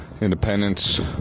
independence